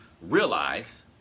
realize